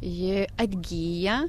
ji atgyja